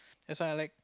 that is why I like